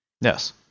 Yes